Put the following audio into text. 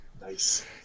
Nice